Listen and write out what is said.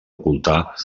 ocultar